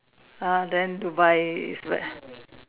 ah then Dubai is where